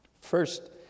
first